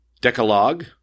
Decalogue